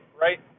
right